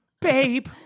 Babe